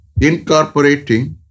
incorporating